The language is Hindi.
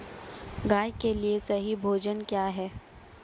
गाय के लिए सही भोजन क्या है?